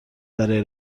برای